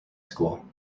school